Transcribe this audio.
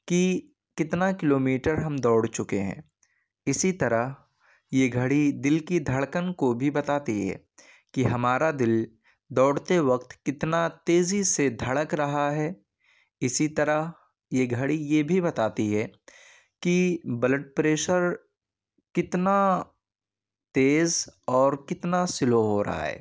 کہ کتنا kilometre ہم دوڑ چکے ہیں اسی طرح یہ گھڑی دل کی دھڑکن کو بھی بتاتی ہے کہ ہمارا دل دوڑتے وقت کتنا تیزی سے دھڑک رہا ہے اسی طرح یہ گھڑی یہ بھی بتاتی ہے کہ بلڈ پریشر کتنا تیز اور کتنا سلو ہو رہا ہے